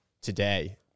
today